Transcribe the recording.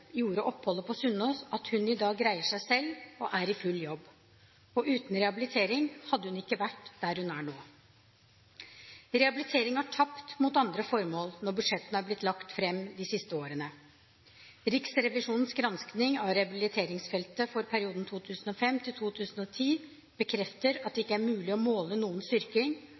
oppholdet på Sunnaas til at hun i dag greier seg selv og er i full jobb. Uten rehabilitering hadde hun ikke vært der hun er nå. Rehabilitering har tapt mot andre formål når budsjettene har blitt lagt fram de siste årene. Riksrevisjonens granskning av rehabiliteringsfeltet for perioden 2005–2010 bekrefter at det ikke er mulig å måle noen styrking,